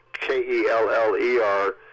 K-E-L-L-E-R